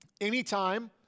Anytime